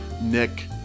Nick